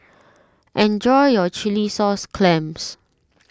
enjoy your Chilli Sauce Clams